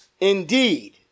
Indeed